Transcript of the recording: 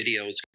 videos